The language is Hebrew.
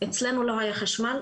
אצלנו לא היה חשמל.